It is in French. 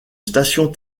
station